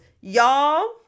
y'all